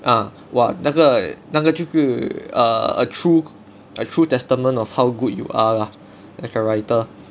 ah !wah! 那个那个就是 err a true a true testament of how good you are as a writer